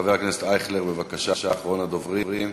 חבר הכנסת אייכלר, בבקשה, אחרון הדוברים,